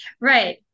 Right